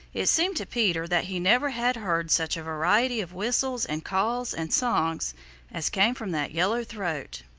it seemed to peter that he never had heard such a variety of whistles and calls and songs as came from that yellow throat.